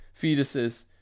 fetuses